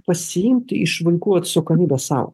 pasiimti iš vaikų atsakomybę sau